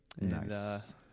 Nice